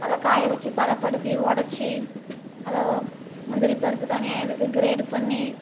அதை காய வச்சு பதப்படுத்தி உடச்சி அதை முந்திரி பருப்பு தனியாக எடுத்து கிரேடு பண்ணி